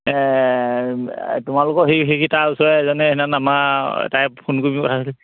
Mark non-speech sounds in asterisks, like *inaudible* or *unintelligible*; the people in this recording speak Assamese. তোমালোকৰ সেই সেইখিনি তাৰ ওচৰৰে এজনে সেইদিনাখন আমাৰ তাই ফোন কৰি *unintelligible*